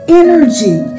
energy